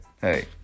hey